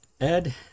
Ed